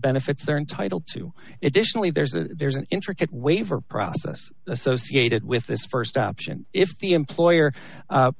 benefits they're entitled to it differently there's a there's an intricate waiver process associated with this st option if the employer